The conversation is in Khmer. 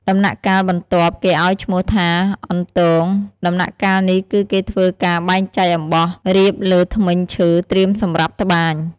ដំណាក់កាលបន្ទាប់គេឲ្យឈ្មោះថាអន្ទង ដំណាក់កាលនេះគឹគេធ្វើការបែងចែកអំបោះរៀបលើធ្មេញឈើត្រៀមសម្រាប់ត្បាញ។